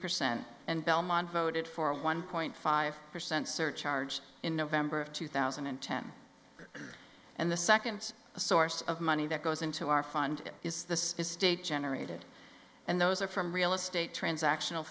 percent and belmont voted for a one point five percent surcharge in november of two thousand and ten and the second a source of money that goes into our fund is the estate generated and those are from real estate transaction